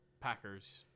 Packers